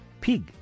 pig